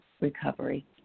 recovery